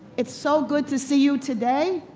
it's so good to see you today.